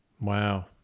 Wow